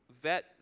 vet